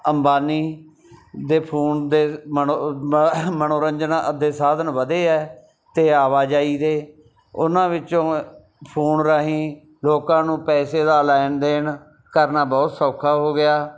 ਅੰਬਾਨੀ ਦੇ ਫੋਨ ਦੇ ਮਨੋਰੰਜਨਾ ਅਤੇ ਸਾਧਨ ਵਧੇ ਹੈ ਅਤੇ ਆਵਾਜਾਈ ਦੇ ਉਹਨਾਂ ਵਿੱਚੋਂ ਫੋਨ ਰਾਹੀਂ ਲੋਕਾਂ ਨੂੰ ਪੈਸੇ ਦਾ ਲੈਣ ਦੇਣ ਕਰਨਾ ਬਹੁਤ ਸੌਖਾ ਹੋ ਗਿਆ